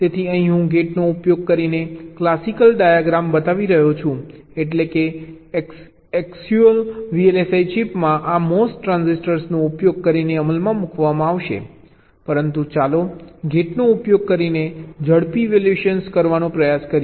તેથી અહીં હું ગેટનો ઉપયોગ કરીને ક્લાસિકલ ડાયાગ્રામ બતાવી રહ્યો છું એટલેકે એક્ચુઅલ VLSI ચિપમાં આ MOS ટ્રાંઝિસ્ટર નો ઉપયોગ કરીને અમલમાં મૂકવામાં આવશે પરંતુ ચાલો ગેટનો ઉપયોગ કરીને ઝડપી ઇવેલ્યૂએશન કરવાનો પ્રયાસ કરીએ